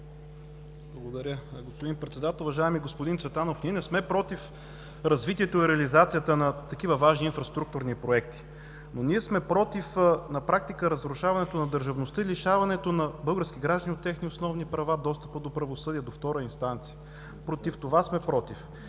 Благодаря. Господин Председател! Уважаеми господин Цветанов, ние не сме против развитието и реализацията на такива важни инфраструктурни проекти. Ние сме против на практика разрушаването на държавността и лишаването на български граждани от техни основни права – достъпа до правосъдие, до втора инстанция. Против това сме против.